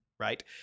Right